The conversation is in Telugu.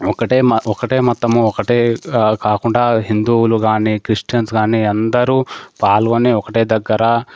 ఒకటే మ ఒకటే మతము ఒకటే కాకుండా హిందువులు కానీ క్రిస్టియన్స్ కానీ అందరూ పాల్గొని ఒకటే దగ్గర